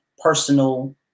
personal